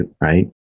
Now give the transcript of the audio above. right